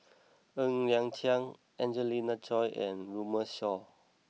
Ng Liang Chiang Angelina Choy and Runme Shaw